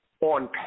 on